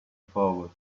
forward